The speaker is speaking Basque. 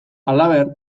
halaber